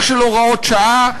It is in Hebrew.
בדרך של הוראות שעה,